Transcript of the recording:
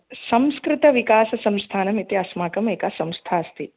संस्कृतविकाससंस्थानम् इति अस्माकम् एका संस्था अस्ति